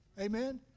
Amen